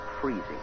freezing